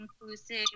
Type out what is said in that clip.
inclusive